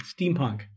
steampunk